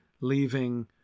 leaving